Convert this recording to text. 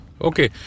Okay